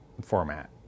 format